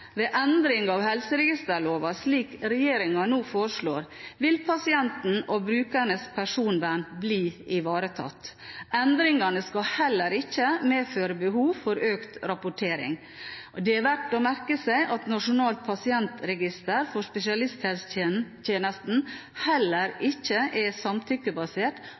Ved endring av helseregisterloven – slik regjeringen nå foreslår – vil pasientenes og brukernes personvern bli ivaretatt. Endringene skal heller ikke medføre behov for økt rapportering. Det er verdt å merke seg at Nasjonalt pasientregister for spesialisthelsetjenesten heller ikke er samtykkebasert